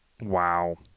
Wow